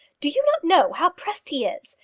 do you not know how pressed he is,